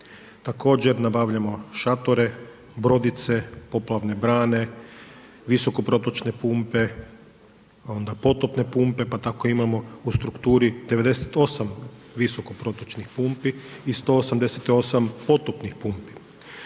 Također nabavljamo šatore, brodice, poplavne brane, visoko protočne pumpe, onda potopne pumpe, pa tako imamo u strukturi 98 visoko protočnih pumpi i 188 potopnih pumpi.